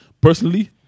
personally